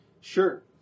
Sure